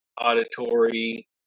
auditory